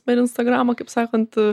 per instagramą kaip sakant